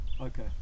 Okay